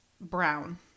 brown